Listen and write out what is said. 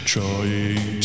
Trying